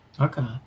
Okay